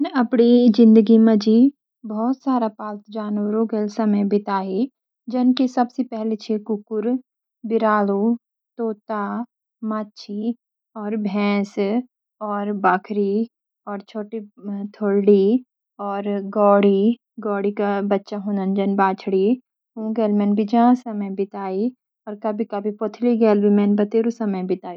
मैन आपड़ी जिंदगी माजी बहुत सारा पालतू जानवरों दगड़ी समय बिताई जन की सबसी पहली छ कुकुर, बीरालु, तोता, मच्छी, और भैंस, भाखरी, छोटी थोलड़ी और गोडी, गौडी का बच्चा हों दन जन बछड़ी ऊं गैल मैंन बिजा समय बिताई और कभी कभी पोथली गैल भी मैन बथेरू समय बिताई।